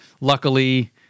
luckily